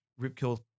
Ripkill